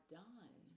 done